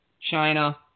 China